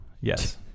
Yes